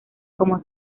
como